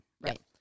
right